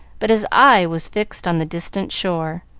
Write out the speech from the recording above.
but his eye was fixed on the distant shore,